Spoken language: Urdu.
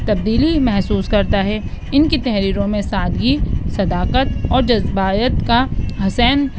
تبدیلی محسوس کرتا ہے ان کی تحریروں میں سادگی صداقت اور جذباتیت کا حسین